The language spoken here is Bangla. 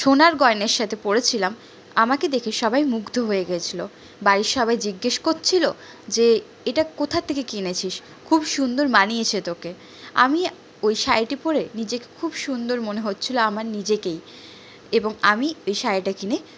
সোনার গয়নার সাথে পড়েছিলাম আমাকে দেখে সবাই মুগ্ধ হয়ে গেছিল বাড়ির সবাই জিজ্ঞেস করছিল যে এটা কোথা থেকে কিনেছিস খুব সুন্দর মানিয়েছে তোকে আমি ওই শাড়িটি পরে নিজেকে খুব সুন্দর মনে হচ্ছিল আমার নিজেকেই এবং আমি ওই শাড়িটা কিনে